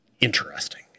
interesting